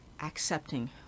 accepting